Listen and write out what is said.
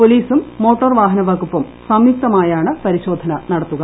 പോലീസും മോട്ടോർ വാഹന വകുപ്പും സംയുക്തമായാണ് പരിശോധന നടത്തുക